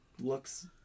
looks